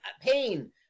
pain